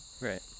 right